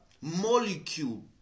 molecule